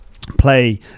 play